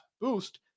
boost